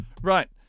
Right